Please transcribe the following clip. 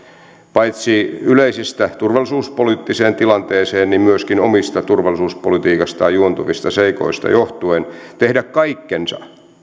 paitsi yleisistä turvallisuuspoliittiseen tilanteeseen liittyvistä myöskin omasta turvallisuuspolitiikastaan juontuvista seikoista johtuen tehdä kaikkensa